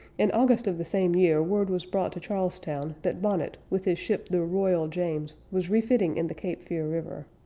in august of the same year word was brought to charlestown that bonnet with his ship the royal james was refitting in the cape fear river.